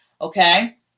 okay